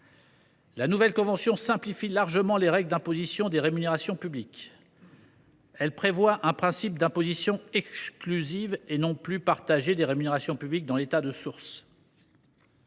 La nouvelle convention simplifie largement les règles d’imposition des rémunérations publiques. Elle prévoit un principe d’imposition exclusive, et non plus partagée, des rémunérations publiques dans l’État de source.